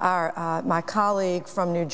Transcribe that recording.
our my colleague from new